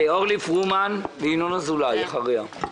אורלי פרומן וינון אזולאי אחריה.